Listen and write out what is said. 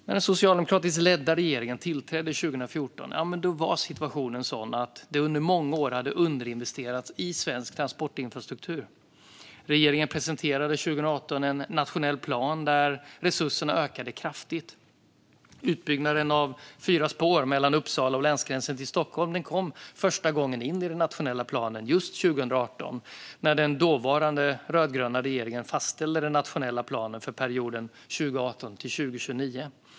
När den socialdemokratiskt ledda regeringen tillträdde 2014 var situationen sådan att det under många år hade underinvesterats i svensk transportinfrastruktur. Regeringen presenterade 2018 en nationell plan där resurserna ökade kraftigt. Utbyggnaden av fyra spår mellan Uppsala och länsgränsen till Stockholm kom första gången in i den nationella planen just 2018, när den dåvarande rödgröna regeringen fastställde den nationella planen för perioden 2018-2029.